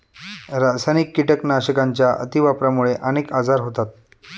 रासायनिक कीटकनाशकांच्या अतिवापरामुळे अनेक आजार होतात